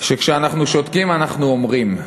שכשאנחנו שותקים אנחנו אומרים.